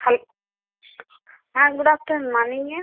ஹல் ஆ குட் ஆஃப்டர்நூன்ம்மா நீங்கள்